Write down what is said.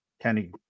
Kenny